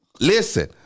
Listen